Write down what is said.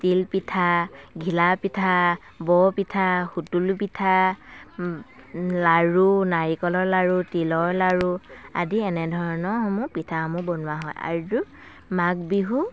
তিল পিঠা ঘিলা পিঠা বৰ পিঠা সুুতুলি পিঠা লাড়ু নাৰিকলৰ লাড়ু তিলৰ লাড়ু আদি এনেধৰণৰ সমূহ পিঠাসমূহ বনোৱা হয় আৰু মাঘ বিহু